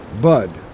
Bud